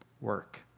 work